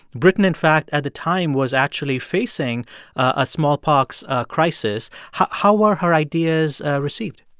britain, in fact, at the time, was actually facing a smallpox crisis. how how were her ideas received?